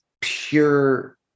pure